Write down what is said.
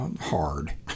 hard